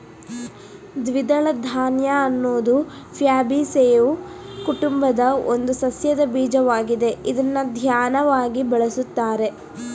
ದ್ವಿದಳ ಧಾನ್ಯ ಅನ್ನೋದು ಫ್ಯಾಬೇಸಿಯೊ ಕುಟುಂಬದ ಒಂದು ಸಸ್ಯದ ಬೀಜವಾಗಿದೆ ಇದ್ನ ಧಾನ್ಯವಾಗಿ ಬಳುಸ್ತಾರೆ